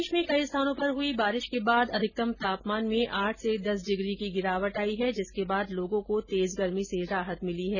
प्रदेश में कई स्थानों पर हुई बारिश के बाद अधिकतम तापमान में आठ से दस डिग्री की गिरावट आई है जिसके बाद लोगों को तेज गर्मी से राहत मिली है